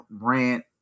rant